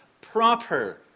proper